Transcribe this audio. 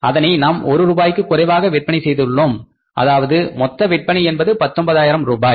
அதனை நாம் ஒரு ரூபாய்க்கு குறைவாக விற்பனை செய்துள்ளோம் அதாவது மொத்த விற்பனை என்பது 19 ஆயிரம் ரூபாய்